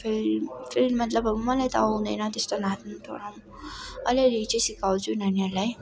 field फिल्डमा जब मलाई त आउँदैन त्यस्तो नाच्नु त थोडा अलिअलि चाहिँ सिकाउँछु नानीहरूलाई